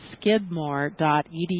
skidmore.edu